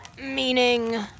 Meaning